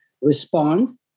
respond